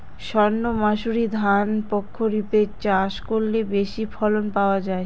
সর্ণমাসুরি ধান প্রক্ষরিপে চাষ করলে বেশি ফলন পাওয়া যায়?